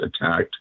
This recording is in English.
attacked